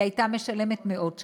היא הייתה משלמת מאות שקלים.